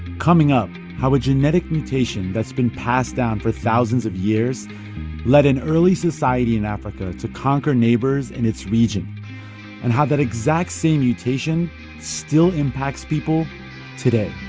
coming up, how a genetic mutation that's been passed down for thousands of years led an early society in africa to conquer neighbors in its region and how that exact same mutation still impacts people today